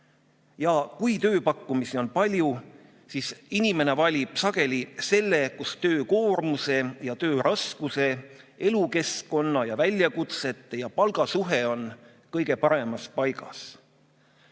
Ja kui tööpakkumisi on palju, siis inimene valib sageli selle, kus töökoormuse, töö raskuse, elukeskkonna ja väljakutsete ja palga suhe on kõige paremini paigas.